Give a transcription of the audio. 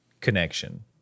connection